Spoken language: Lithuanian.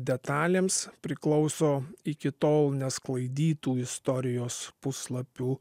detalėms priklauso iki tol nesklaidytų istorijos puslapių